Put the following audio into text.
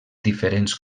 diferents